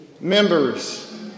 members